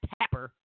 tapper